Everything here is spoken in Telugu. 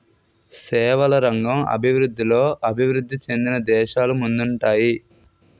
సేవల రంగం అభివృద్ధిలో అభివృద్ధి చెందిన దేశాలు ముందుంటాయి